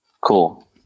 Cool